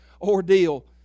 ordeal